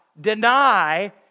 deny